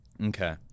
Okay